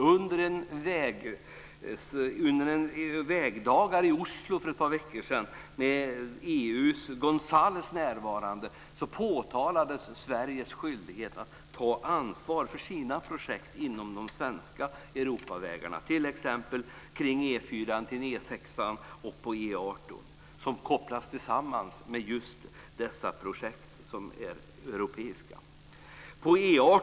Under vägdagar i Oslo för ett par veckor sedan med EU:s Gonzales närvarande påtalades Sveriges skyldighet att ta ansvar för sina projekt på de svenska Europavägarna, t.ex. E 4, E 6 och E 18, som kopplas ihop med dessa europeiska projekt.